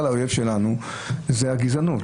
האויב שלנו זה הגזענות.